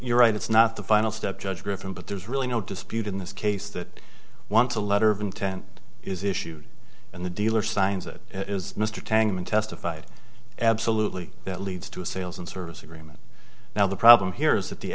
you're right it's not the final step judge griffin but there's really no dispute in this case that once a letter of intent is issued and the dealer signs it is mr tang min testified absolutely that leads to a sales and service agreement now the problem here is that the